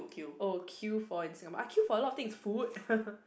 oh kill for in Singapore I kill for a lot of things food